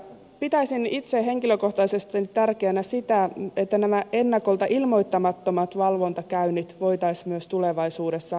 pitäisin itse henkilökohtaisesti tärkeänä sitä että myös nämä ennakolta ilmoittamattomat valvontakäynnit hoitolaitoksiin voitaisiin tulevaisuudessa mahdollistaa